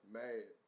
mad